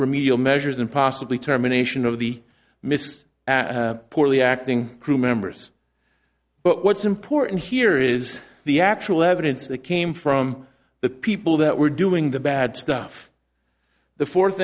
remedial measures and possibly terminations of the miss poorly acting crew members but what's important here is the actual evidence that came from the people that were doing the bad stuff the fourth